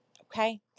okay